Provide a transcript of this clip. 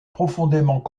profondément